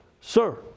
Sir